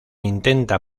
intenta